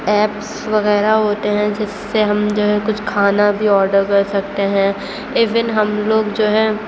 apps وغیرہ ہوتے ہیں جس سے ہم جو ہے کچھ کھانا بھی آڈر کر سکتے ہیں ایون ہم لوگ جو ہیں